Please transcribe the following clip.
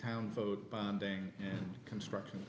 town vote bonding and construction